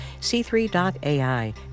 C3.ai